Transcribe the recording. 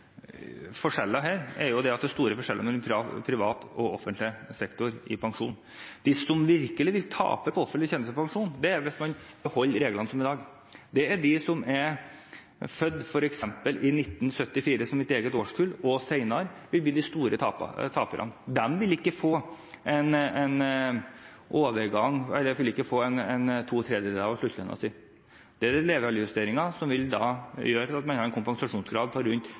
her, er jo at det er store forskjeller mellom privat og offentlig sektor i pensjon. Hvis man virkelig vil tape på offentlig tjenestepensjon, er det hvis man beholder reglene som i dag. Det er de som er født i 1974, som er mitt eget årskull, og senere, som vil bli de store taperne. De vil ikke få to tredjedeler av sluttlønnen sin. Leveraldersjusteringen vil gjøre at de ender med en kompensasjonsgrad på rundt 50–53 pst. Hvis Christoffersen mener at det er en bedre løsning enn å få inn en løsning som gjør at